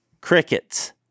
Crickets